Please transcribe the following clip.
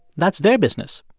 that's their business.